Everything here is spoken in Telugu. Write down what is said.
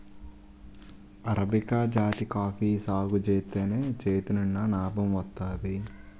అరబికా జాతి కాఫీ సాగుజేత్తేనే చేతినిండా నాబం వత్తాది